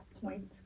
point